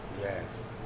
Yes